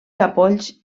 capolls